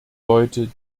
leute